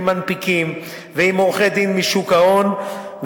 עם מנפיקים ועם עורכי-דין משוק ההון,